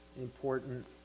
important